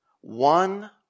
One